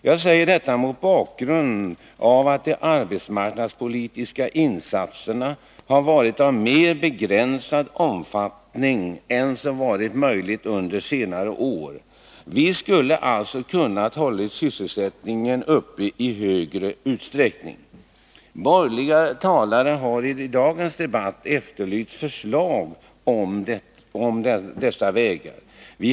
Jag säger detta mot bakgrund av att de arbetsmarknadspolitiska insatserna har varit av mer begränsad omfattning än som varit acceptabelt under senare år. Vi skulle alltså ha kunnat hålla syselsättningen uppe i större utsträckning. Borgerliga talare har i dagens debatt efterlyst förslag och velat veta vilka vägar vi socialdemokrater har att anvisa.